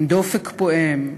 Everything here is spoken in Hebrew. עם דופק פועם,